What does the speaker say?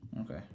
okay